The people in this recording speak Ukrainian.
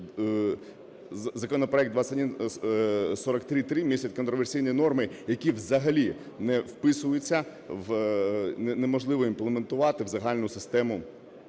законопроект 2143-3 містить контраверсійні норми, які взагалі не вписуються, неможливо імплементувати в загальну систему